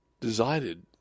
decided